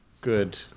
Good